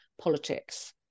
politics